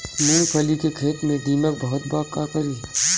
मूंगफली के खेत में दीमक बहुत बा का करी?